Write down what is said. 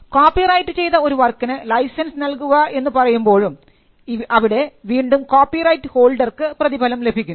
copyright ചെയ്ത ഒരു വർക്കിന് ലൈസൻസ് നൽകുന്നു എന്ന് പറയുമ്പോഴും അവിടെ വീണ്ടും കോപ്പിറൈറ്റ് ഹോൾഡർക്ക് പ്രതിഫലം ലഭിക്കുന്നു